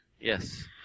Yes